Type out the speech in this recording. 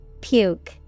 Puke